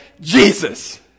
Jesus